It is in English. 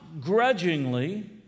grudgingly